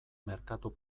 merkatu